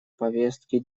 повестки